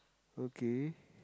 okay